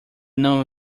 none